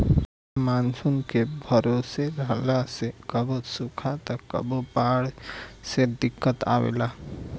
monsoon के भरोसे रहला से कभो सुखा त कभो बाढ़ से दिक्कत आवेला